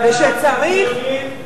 אנטי-ציונית,